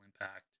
impact